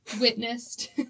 witnessed